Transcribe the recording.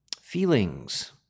Feelings